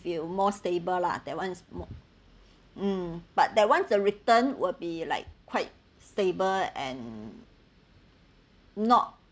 you more stable lah that one is more mm but that one the return will be like quite stable and not